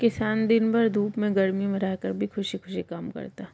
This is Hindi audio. किसान दिन भर धूप में गर्मी में रहकर भी खुशी खुशी काम करता है